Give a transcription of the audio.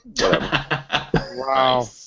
Wow